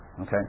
Okay